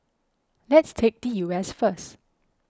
let's take the U S first